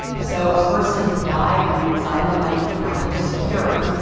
so a person who died in an asylum might be counted as cured,